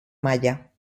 maya